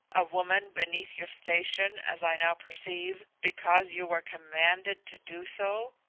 a woman beneath your station as i now perceive, because you were commanded to do so?